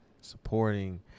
supporting